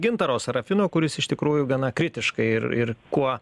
gintaro sarafino kuris iš tikrųjų gana kritiškai ir ir kuo